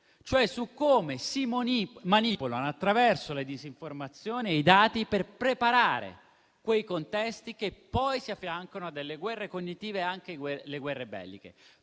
cioè su come si manipolano, attraverso la disinformazione e i dati, per preparare quei contesti che poi si affiancano a delle guerre cognitive, anche le guerre belliche.